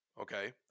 okay